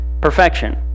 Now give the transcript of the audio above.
perfection